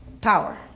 power